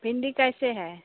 भिंडी कैसे है